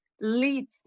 lead